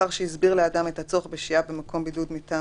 ולאחר שהסביר לאדם את הצורך בשהייה במקום בידוד מטעם